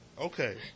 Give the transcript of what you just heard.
Okay